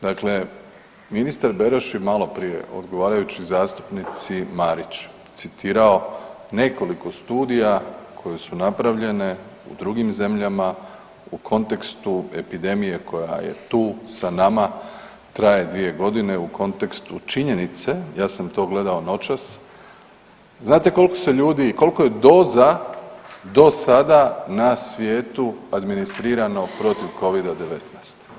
Dakle, ministar Beroš je maloprije odgovarajući zastupnici Marić citirao nekoliko studija koje su napravljene u drugim zemljama u kontekstu epidemije koja je tu sa nama, traje 2 godine u kontekstu činjenice, ja sam to gledao noćas, znate koliko se ljudi, koliko je doza do sada na svijetu administrirano protiv Covida-19?